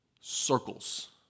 circles